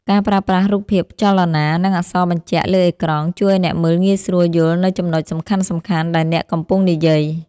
ការប្រើប្រាស់រូបភាពចលនា និងអក្សរបញ្ជាក់លើអេក្រង់ ជួយឱ្យអ្នកមើលងាយស្រួលយល់នូវចំណុចសំខាន់ៗដែលអ្នកកំពុងនិយាយ។